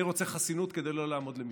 אני רוצה חסינות כדי לא לעמוד למשפט.